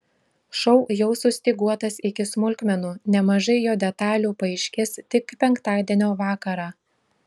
šou jau sustyguotas iki smulkmenų nemažai jo detalių paaiškės tik penktadienio vakarą